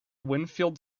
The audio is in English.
winfield